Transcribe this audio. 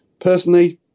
personally